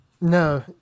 No